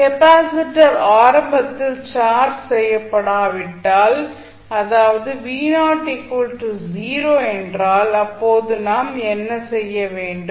capacitor ஆரம்பத்தில் charge செய்யப்படாவிட்டால் அதாவது என்றால் அப்போது நாம் என்ன செய்ய வேண்டும்